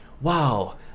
wow